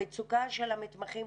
המצוקה של המתמחים,